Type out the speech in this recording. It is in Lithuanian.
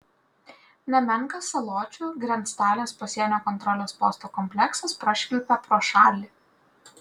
nemenkas saločių grenctalės pasienio kontrolės posto kompleksas prašvilpia pro šalį